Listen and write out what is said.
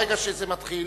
ברגע שזה מתחיל,